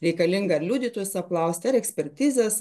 reikalinga ar liudytojus apklaust ar ekspertizės